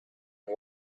and